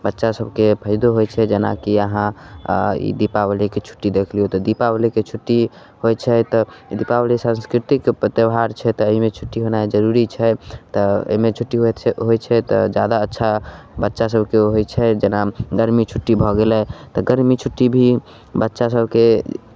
बच्चा सभके फाइदो होइ छै जेना कि अहाँ ई दीपावलीके छुट्टी देख लियौ तऽ दीपावलीके छुट्टी होइ छै तऽ दीपावली सांस्कृतिक प त्यौहार छै तऽ एहिमे छुट्टी भेनाइ जरूरी छै तऽ एहिमे छुट्टी होइत छै होइ छै तऽ जादा अच्छा बच्चा सभके होइ छै जेना गरमी छुट्टी भऽ गेलै तऽ गरमी छुट्टी भी बच्चा सभके